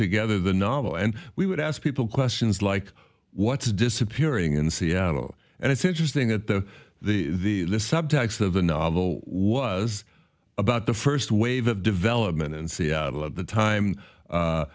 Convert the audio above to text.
together the novel and we would ask people questions like what's disappearing in seattle and its interest thing at the the list subtext of the novel was about the first wave of development in seattle at the time